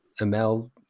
Amel